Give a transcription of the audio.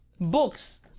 books